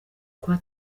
bwa